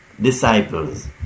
disciples